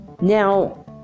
now